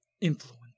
influence